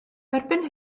erbyn